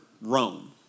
Rome